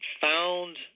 found